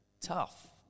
tough